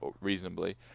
reasonably